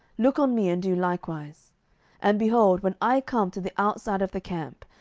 look on me, and do likewise and, behold, when i come to the outside of the camp,